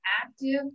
active